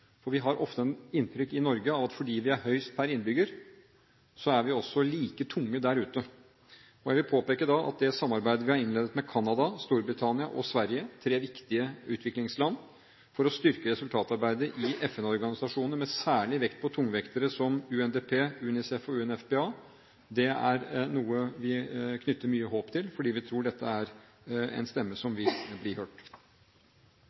styrene. Vi har i Norge ofte et inntrykk av at fordi vi har høyest innbetaling per innbygger, er vi også like tunge der ute. Jeg vil påpeke at det samarbeidet vi har innledet med Canada, Storbritannia og Sverige – tre viktige utviklede land – for å styrke resultatarbeidet i FN-organisasjonene med særlig vekt på tungvektere som UNDP, UNICEF og UNEFPA er noe vi knytter mye håp til, fordi vi tror dette er en stemme